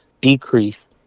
decrease